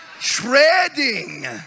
Treading